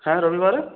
হ্যাঁ রবিবারে